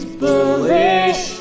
bullish